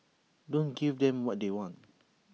don't give them what they want